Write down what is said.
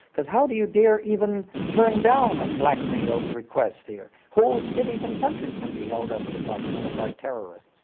because how do you dare even turn down a blackmail request here? whole cities and countries can be held up to blackmail by terrorists.